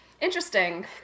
interesting